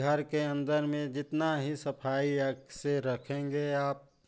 घर के अंदर में जितना ही सफाई से रखेंगे आप